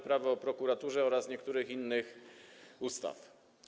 Prawo o prokuraturze oraz niektórych innych ustaw.